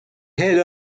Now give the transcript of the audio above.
head